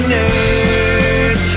Nerds